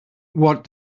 what